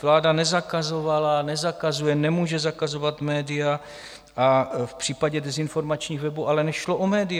Vláda nezakazovala a nezakazuje, nemůže zakazovat média, v případě dezinformačních webů ale nešlo o média.